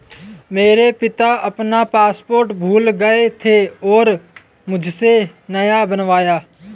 मेरे पिता अपना पासवर्ड भूल गए थे और मुझसे नया बनवाया